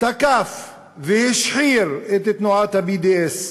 תקף והשחיר את תנועת ה-BDS,